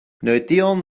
notieren